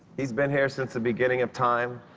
he's been here since the beginning of time.